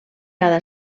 cada